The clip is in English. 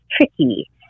tricky